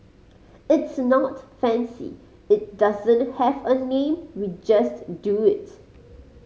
it's not fancy it doesn't have a name we just do it